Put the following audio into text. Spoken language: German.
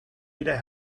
wieder